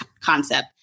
concept